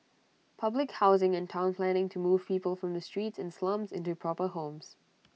public housing and Town planning to move people from the streets and slums into proper homes